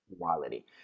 quality